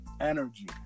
energy